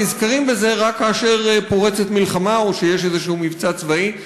נזכרים בזה רק כאשר פורצת מלחמה או כשיש איזה מבצע צבאי.